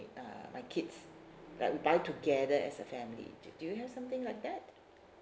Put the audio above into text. uh my kids like we buy together as a family do you have something like that